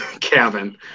Kevin